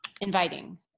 inviting